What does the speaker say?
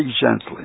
gently